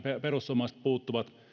perussuomalaiset puuttuvat